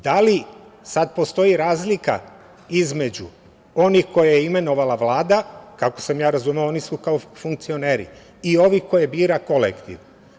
Da li sada postoji razlika između onih koje je imenovala Vlada, kako sam ja razumeo oni su kao funkcioneri i ovih koje bira kolektiv?